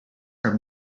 her